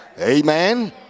Amen